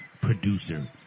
producer